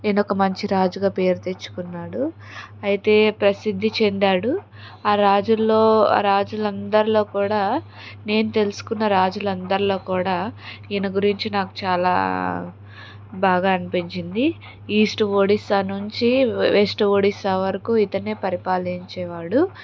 ఈయన ఒక మంచి రాజుగా పేరు తెచ్చుకున్నాడు అయితే ప్రసిద్ధి చెందాడు ఆ రాజుల్లో ఆ రాజుల అందరిలో కూడా నేను తెలుసుకున్న రాజుల అందరిలో కూడా ఈయన గురించి నాకు చాలా బాగా అనిపించింది ఈస్ట్ ఒడిస్సా నుంచి వేస్ట్ ఒడిస్సా వరకు ఇతనే పరిపాలించేవాడు